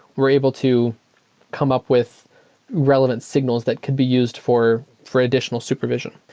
we're able to come up with relevant signals that could be used for for additional supervision.